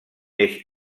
eix